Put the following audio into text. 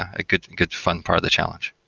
ah good good fun part of the challenge.